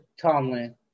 Tomlin